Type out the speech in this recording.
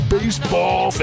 Baseball